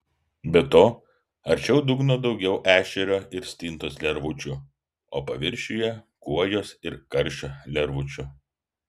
be to arčiau dugno daugiau ešerio ir stintos lervučių o paviršiuje kuojos ir karšio lervučių